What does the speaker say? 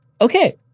Okay